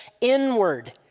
inward